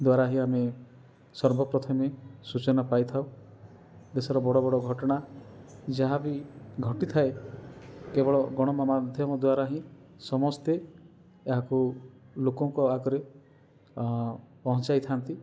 ଦ୍ୱାରା ହିଁ ଆମେ ସର୍ବପ୍ରଥମେ ସୂଚନା ପାଇଥାଉ ଦେଶର ବଡ଼ ବଡ଼ ଘଟଣା ଯାହାବି ଘଟିଥାଏ କେବଳ ଗଣମାଧ୍ୟମ ଦ୍ୱାରା ହିଁ ସମସ୍ତେ ଏହାକୁ ଲୋକଙ୍କ ଆଗରେ ପହଞ୍ଚାଇ ଥାଆନ୍ତି